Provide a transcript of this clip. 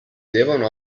devono